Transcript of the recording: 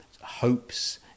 hopes